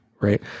right